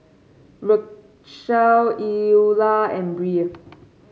Rachelle Eulah and Brea